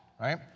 right